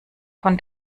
von